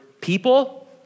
people